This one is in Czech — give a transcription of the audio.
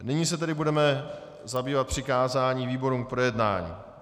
Nyní se tedy budeme zabývat přikázáním výborům k projednání.